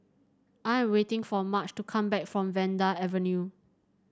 I am waiting for Marge to come back from Vanda Avenue